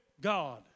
God